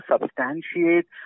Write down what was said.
substantiate